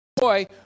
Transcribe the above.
boy